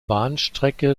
bahnstrecke